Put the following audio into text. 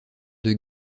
deux